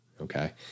Okay